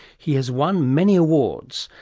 he has won many awards,